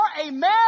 Amen